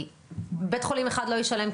כי בית חולים אחד לא ישלם,